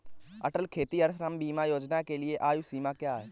अटल खेतिहर श्रम बीमा योजना के लिए आयु सीमा क्या है?